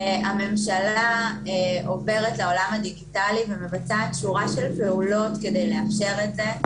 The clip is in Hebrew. הממשלה עוברת לעולם הדיגיטלי ומבצעת שורת פעולות כדי לאפשר את זה.